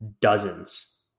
dozens